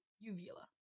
uvula